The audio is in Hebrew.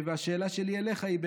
והשאלה שלי אליך היא,